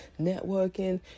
networking